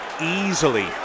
Easily